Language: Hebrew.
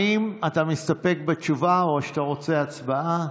האם אתה מסתפק בתשובה או שאתה רוצה הצבעה?